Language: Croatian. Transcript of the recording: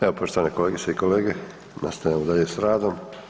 Evo poštovane kolegice i kolege nastavljamo dalje s radom.